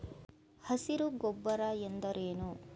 ಹಸಿರು ಗೊಬ್ಬರ ಎಂದರೇನು?